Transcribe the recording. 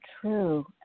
true